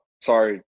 sorry